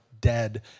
dead